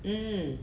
mm